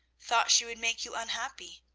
thought she would make you unhappy.